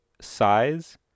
size